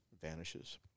vanishes